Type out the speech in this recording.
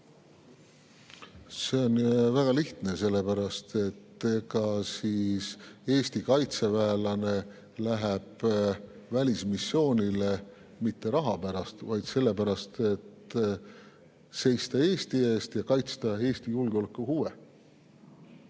See on väga lihtne. Sellepärast et Eesti kaitseväelane ei lähe välismissioonile mitte raha pärast, vaid sellepärast, et seista Eesti eest ja kaitsta Eesti julgeoleku huve.